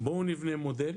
ונבנה מודל